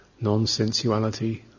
non-sensuality